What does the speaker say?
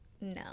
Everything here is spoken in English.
no